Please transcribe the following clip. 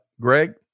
Greg